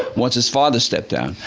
once his father stepped down.